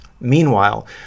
Meanwhile